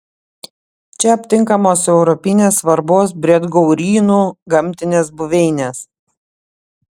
čia aptinkamos europinės svarbos briedgaurynų gamtinės buveinės